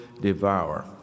devour